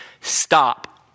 stop